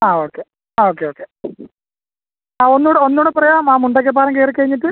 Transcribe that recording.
ആ ഓക്കെ ആ okay okay ആ ഒന്നൂടെ ഒന്നൂടെ പറയാമോ ആ മുണ്ടക്കയം പാലം കയറി കഴിഞ്ഞിട്ട്